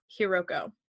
Hiroko